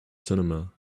cinema